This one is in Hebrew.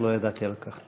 אך לא ידעתי על כך.